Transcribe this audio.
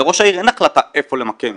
לראש העיר אין החלטה איפה למקום.